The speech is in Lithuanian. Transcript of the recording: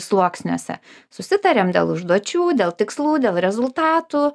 sluoksniuose susitariam dėl užduočių dėl tikslų dėl rezultatų